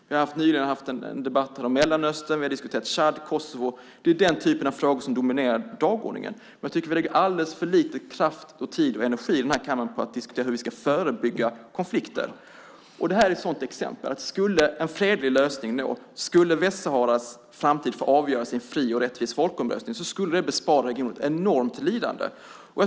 Vi har nyligen haft debatter om Mellanöstern, Tchad och Kosovo. Det är den typen av frågor som dominerar dagordningen. Vi lägger alldeles för lite kraft, tid och energi på att diskutera hur vi ska förebygga konflikter. Detta är ett sådant exempel. Skulle vi nå en fredlig lösning och låta Västsaharas framtid avgöras i en fri och rättvis folkomröstning skulle det bespara regionen ett enormt lidande.